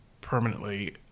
permanently